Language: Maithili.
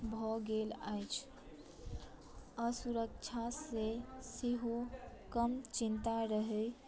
भऽ गेल अछि आ सुरक्षा से सेहो कम चिन्ता रहै